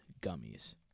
gummies